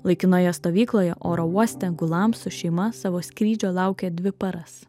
laikinoje stovykloje oro uoste gulam su šeima savo skrydžio laukė dvi paras